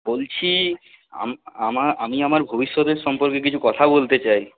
বলছি আম আমার আমি আমার ভবিষ্যতের সম্পর্কে কিছু কথা বলতে চাই